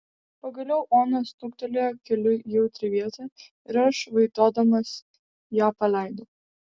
pagaliau ona stuktelėjo keliu į jautrią vietą ir aš vaitodamas ją paleidau